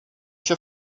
się